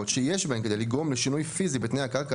שיש בהן כדי לגרום לשינוי פיזי בתנאי הקרקע,